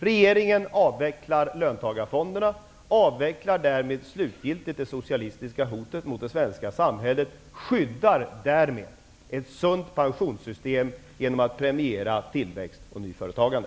Regeringen avvecklar löntagarfonderna och avvecklar därmed slutgiltigt det socialistiska hotet mot det svenska samhället och skyddar därmed ett sunt pensionssystem genom att premiera tillväxt och nyföretagande.